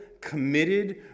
committed